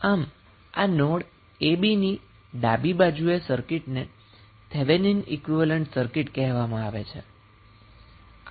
આમ આ node a b ની ડાબી બાજુની સર્કિટને થેવેનિન ઈક્વીવેલેન્ટ સર્કિટ કહેવામાં આવે છે